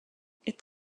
est